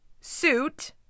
suit